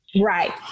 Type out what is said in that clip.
Right